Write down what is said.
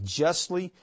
justly